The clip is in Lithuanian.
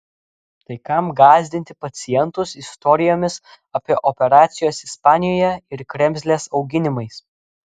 tai kam gąsdinti pacientus istorijomis apie operacijas ispanijoje ir kremzlės auginimais